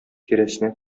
тирәсенә